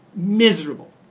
miserable.